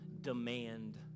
demand